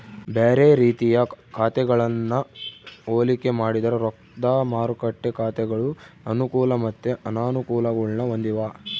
ಬ್ಯಾರೆ ರೀತಿಯ ಖಾತೆಗಳನ್ನ ಹೋಲಿಕೆ ಮಾಡಿದ್ರ ರೊಕ್ದ ಮಾರುಕಟ್ಟೆ ಖಾತೆಗಳು ಅನುಕೂಲ ಮತ್ತೆ ಅನಾನುಕೂಲಗುಳ್ನ ಹೊಂದಿವ